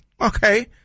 okay